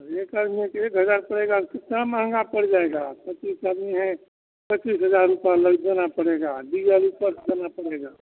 एक आदमी का एक हज़ार पड़ेगा और कितना महंगा पड़ा जाएगा पचीस आदमी हैं पचीस हज़ार रुपये लग देना पड़ेगा दिवाली पर चलना पडे़गा